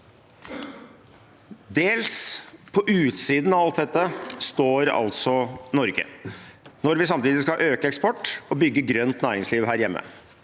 Dels på utsiden av alt dette står altså Norge – når vi samtidig skal øke eksport og bygge grønt næringsliv her hjemme.